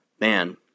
man